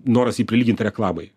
noras jį prilyginti reklamai